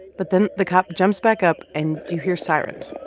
but then the cop jumps back up, and you hear sirens